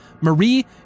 Marie